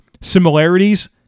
similarities